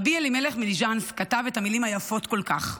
רבי אלימלך מליז'נסק כתב את המילים היפות כל כך: